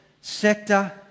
sector